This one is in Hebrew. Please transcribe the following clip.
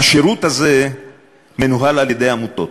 השירות הזה מנוהל על-ידי עמותות.